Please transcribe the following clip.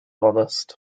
honest